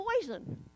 poison